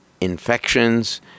infections